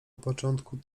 początku